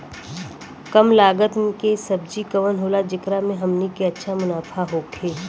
कम लागत के सब्जी कवन होला जेकरा में हमनी के अच्छा मुनाफा होखे?